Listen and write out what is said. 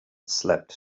slept